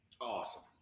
Awesome